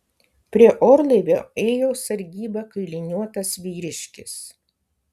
prie orlaivio ėjo sargybą kailiniuotas vyriškis